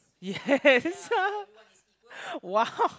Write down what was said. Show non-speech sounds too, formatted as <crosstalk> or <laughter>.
yes <laughs> !wow!